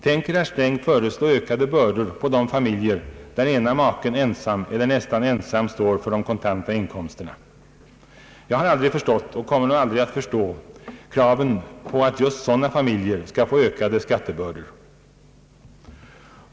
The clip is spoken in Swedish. Tänker herr Sträng föreslå ökade bördor på de familjer där ena maken ensam eller nästan ensam står för de kontanta inkomsterna? Jag har aldrig förstått och kommer nog aldrig att förstå kraven på att just sådana familjer skall få ökade skattebördor.